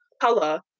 color